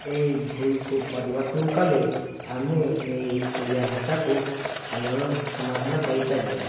ଏଇ ଭୁଲ୍କୁ ପରିବର୍ତ୍ତନ କଲେ ଆମେ ଏଇ ଓଡ଼ିଆ ଭାଷାକୁ ଆନ୍ଦୋଳନକୁ ସମାଧାନ କରିପାରିବା